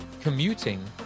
commuting